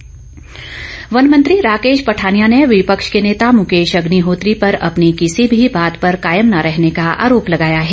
राकेश पठानिया वन मंत्री राकेश पठानिया ने विपक्ष के नेता मुकेश अग्निहोत्री पर अपनी किसी भी बात पर कायम न रहने का आरोप लगाया है